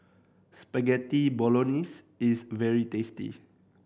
Spaghetti Bolognese is very tasty